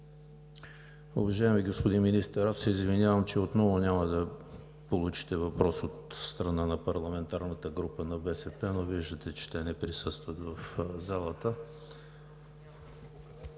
Уважаеми господин Министър, аз се извинявам, че отново няма да получите въпрос от страна на парламентарната група на БСП, но виждате, че те не присъстват в залата.